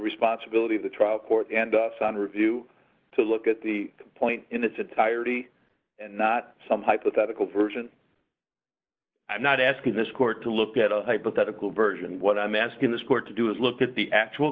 responsibility of the trial court and review to look at the point in its entirety not some hypothetical version i'm not asking this court to look at a hypothetical version what i'm asking this court to do is look at the actual